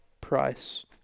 price